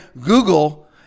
Google